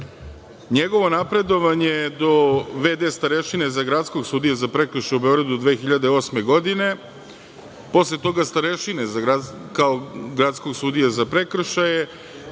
NJegovo napredovanje do v.d. starešine za gradskog sudiju za prekršaje u Beogradu 2008. godine, posle toga starešine kao gradskog sudije za prekršaje